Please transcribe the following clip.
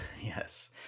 yes